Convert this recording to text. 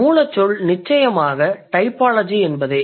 மூலச்சொல் நிச்சயமாக டைபாலஜி என்பதே